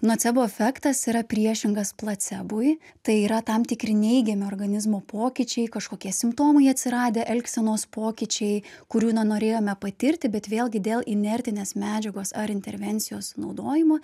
nocebo efektas yra priešingas placebui tai yra tam tikri neigiami organizmo pokyčiai kažkokie simptomai atsiradę elgsenos pokyčiai kurių nenorėjome patirti bet vėlgi dėl inertinės medžiagos ar intervencijos naudojimo